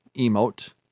emote